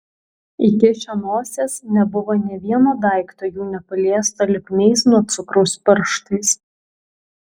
įkišę nosies nebuvo nė vieno daikto jų nepaliesto lipniais nuo cukraus pirštais